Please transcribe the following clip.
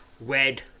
red